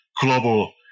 global